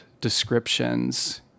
descriptions